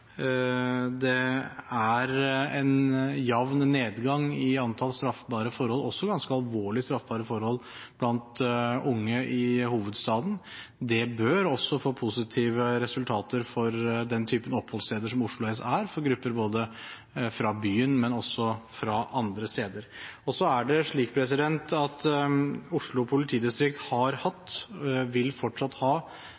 det er en jevn nedgang i antall straffbare forhold, også ganske alvorlige straffbare forhold, blant unge i hovedstaden. Det bør også få positive resultater for den typen oppholdssteder som Oslo S er – for grupper fra byen, men også fra andre steder. Så har Oslo politidistrikt lagt vekt på og vil fortsatt legge vekt på tilstedeværelse på Oslo sentralbanestasjon. Det vil